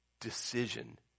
decision